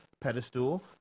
pedestal